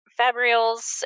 fabrials